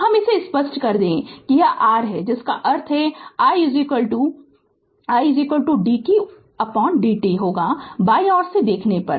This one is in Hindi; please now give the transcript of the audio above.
तो हम इसे स्पष्ट कर दे कि यह r है जिसका अर्थ है i इसलिए i dqdt होगा बाईं ओर से देखने पर